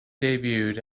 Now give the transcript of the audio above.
debuted